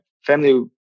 family